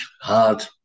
hard